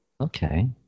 Okay